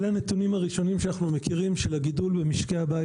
אלה הנתונים הראשונים שאנחנו מכירים של הגידול במשקי הבית